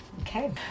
Okay